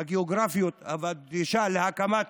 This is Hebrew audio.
הגיאוגרפיות ודרישה להקמת